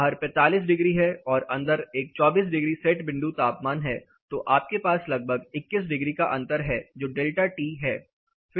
बाहर 45 डिग्री है और अंदर एक 24 डिग्री सेट बिंदु तापमान है तो आपके पास लगभग 21 डिग्री का अंतर है जो डेल्टा T है